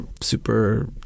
super